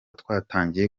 twatangiye